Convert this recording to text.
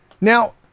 Now